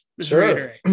Sure